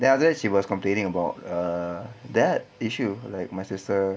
then after that she was complaining about uh that issue like my sister